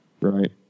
Right